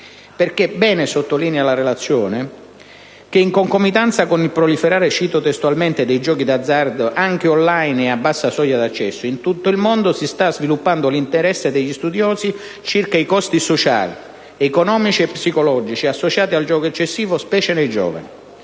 ha ben sottolineato la relazione oggi al nostro esame: «in concomitanza con il proliferare dei giochi d'azzardo, anche *on line* ed a bassa soglia d'accesso, in tutto il mondo si sta sviluppando l'interesse degli studiosi circa i costi sociali, economici e psicologici, associati al gioco eccessivo, specie nei giovani;